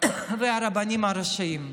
ושל הרבנים הראשיים.